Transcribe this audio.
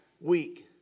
week